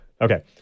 Okay